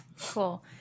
Cool